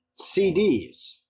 CDs